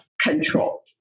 control